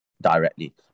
directly